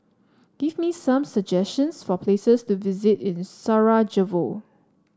give me some suggestions for places to visit in Sarajevo